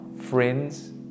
Friends